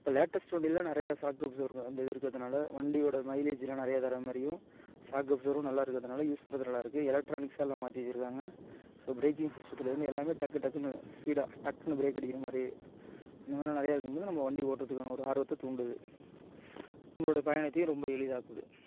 இப்போ லேட்டஸ்ட்டு வண்டியில நிறைய சாக்கப்ஸ் இருக்கும் அந்த இது இருக்கறதுனால வண்டியோட மைலேஜிலாம் நிறையா தர மாரியும் சாக்கப்ஸரும் நல்லா இருக்கறதுனால யூஸ் பண்ணுறதுக்கு நல்லாருக்கு எலக்ட்ரானிக்ஸாக எல்லாம் மாற்றி வச்சுருக்காங்க ஸோ பிரேக்கிங் சிஸ்ட்டத்துலேந்து எல்லாமே டக்கு டக்குன்னு ஸ்பீடாக டக்குன்னு பிரேக் அடிக்கிற மாதிரி அந்த மாதிரிலாம் நிறையா இருக்கும் போது நம்ம வண்டி ஓட்டுறதுக்கான ஒரு ஆர்வத்தை தூண்டுது நம்மளோடைய பயணத்தையும் ரொம்ப எளிதாக்குது